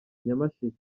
nyamasheke